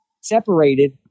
separated